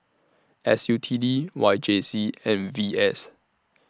S U T D Y J C and V S